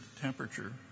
temperature